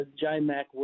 J-Mac